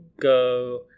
go